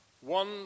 One